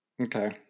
Okay